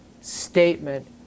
statement